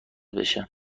بشه